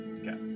Okay